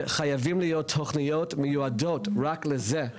חייבות להיות תוכניות שמיועדות רק לזה,